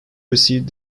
received